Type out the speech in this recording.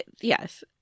Yes